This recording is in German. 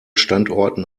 standorten